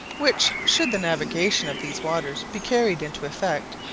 which, should the navigation of these waters be carried into effect,